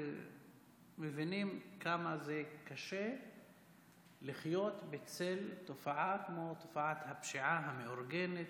ומבינים כמה זה קשה לחיות בצל תופעה כמו תופעת הפשיעה המאורגנת